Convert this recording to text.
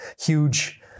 huge